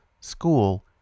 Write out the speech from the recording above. school